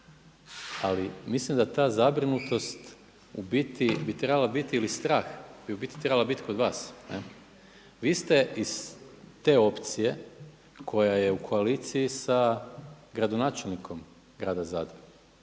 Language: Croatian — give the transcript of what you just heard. ali mislim da ta zabrinutost u biti bi trebala biti ili strah bi u biti trebala biti kod vas, ne. Vi ste iz te opcije koja je u koalicija sa gradonačelnikom grada Zadra.